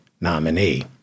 nominee